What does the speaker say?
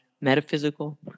metaphysical